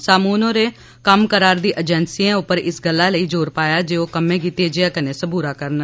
समून होरें कम्म करा'रदी एजेंसिएं उप्पर इस गल्ला लेई जोर पाया जे ओह कम्में गी तेजिआ कन्नै सबूरा करन